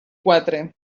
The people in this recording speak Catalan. quatre